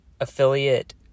affiliate